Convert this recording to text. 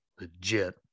Legit